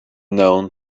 known